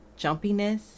jumpiness